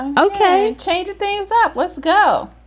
ok, change things up let's go.